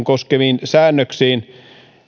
koskevia säännöksiä